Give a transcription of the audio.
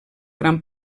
gran